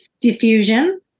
diffusion